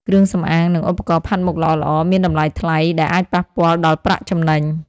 គ្រឿងសម្អាង និងឧបករណ៍ផាត់មុខល្អៗមានតម្លៃថ្លៃ ដែលអាចប៉ះពាល់ដល់ប្រាក់ចំណេញ។